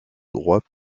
droit